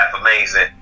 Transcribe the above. amazing